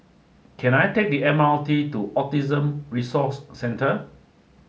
can I take the M R T to Autism Resource Centre